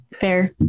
Fair